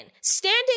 standing